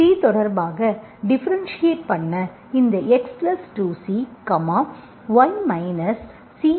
C தொடர்பாக differentiate பண்ண இந்த x2C y CxC2x2 ஐ பெறலாம்